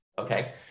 okay